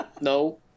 No